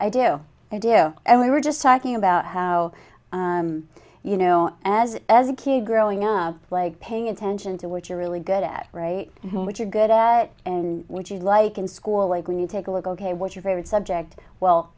i do i do and we were just talking about how you know as as a kid growing up like paying attention to what you're really good at what you're good at and which you like in school like when you take a look ok what's your favorite subject well